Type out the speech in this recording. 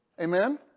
Amen